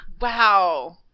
Wow